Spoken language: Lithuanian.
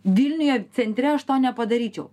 vilniuje centre aš to nepadaryčiau